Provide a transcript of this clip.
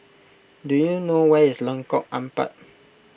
do you know where is Lengkok Empat